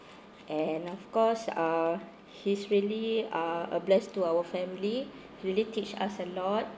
and of course ah he's really uh a bless to our family he really teach us a lot